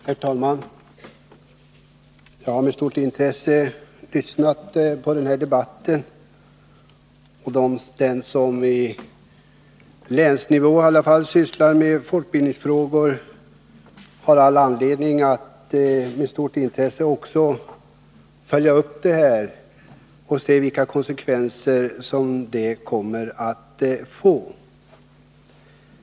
Herr talman! Jag har med stort intresse lyssnat på den här debatten. Den som på länsnivå sysslar med folkbildningsfrågor har all anledning att med stort intresse också följa upp detta och se vilka konsekvenser det kommer att få.